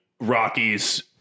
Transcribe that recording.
Rockies